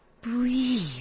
breathe